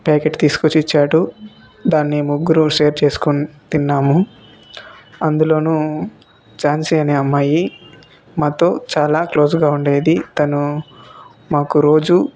packet తీసుకొచ్చి ఇచ్చాడు దాన్ని ముగ్గురు షేర్ చేసుకొని తిన్నాము అందులో ఝాన్సీ అనే అమ్మాయి మాతో చాలా క్లోసుగా ఉండేది తను మాకు రోజు